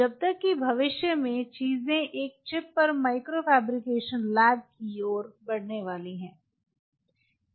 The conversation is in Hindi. जब तक कि भविष्य में चीजें एक चिप पर माइक्रो फैब्रिकेशन लैब की और बढ़ने वाली हैं